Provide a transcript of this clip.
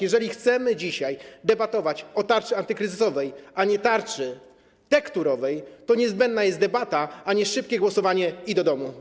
Jeżeli chcemy dzisiaj debatować o tarczy antykryzysowej, a nie tarczy tekturowej, to niezbędna jest debata, a nie szybkie głosowanie i do domu.